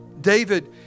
David